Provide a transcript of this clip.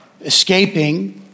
escaping